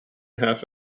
half